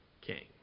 king